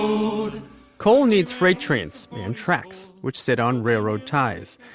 load coal needs freight trains, and tracks, which sit on railroad ties.